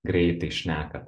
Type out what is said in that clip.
greitai šnekat